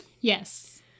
Yes